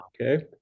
Okay